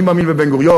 אני מאמין בבן-גוריון,